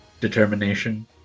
determination